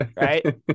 right